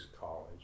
college